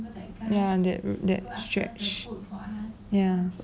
ya that that stretch ya